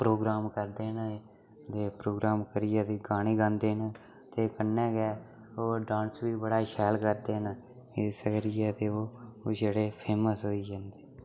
programme करदे न ते प्रोग्राम करियै ते गाने गांदे न ते कन्नै गै ओह् डांस बी बड़ा शैल करदे न इस करियै ते ओह् जेह्ड़े फेमस होई गे न